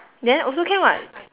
then also can [what]